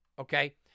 okay